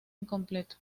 incompleto